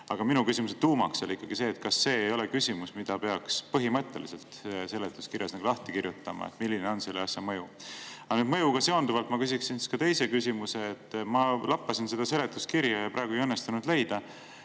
Aga minu küsimuse tuum oli ikkagi see, et kas see ei ole küsimus, mida peaks põhimõtteliselt seletuskirjas lahti kirjutama, milline on selle asja mõju. Aga mõjuga seonduvalt ma küsiksin siis ka teise küsimuse. Ma lappasin seda seletuskirja ja praegu ei õnnestunud leida,